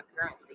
currency